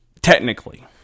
technically